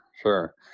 Sure